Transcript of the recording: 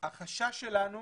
החשש שלנו